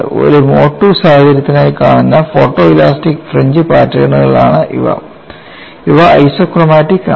ഒരു mode II സാഹചര്യത്തിനായി കാണുന്ന ഫോട്ടോഇലാസ്റ്റിക് ഫ്രിഞ്ച് പാറ്റേണുകളാണ് ഇവ ഇവ ഐസോക്രോമാറ്റിക്സ് ആണ്